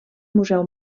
museu